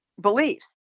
beliefs